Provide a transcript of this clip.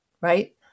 right